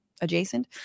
Adjacent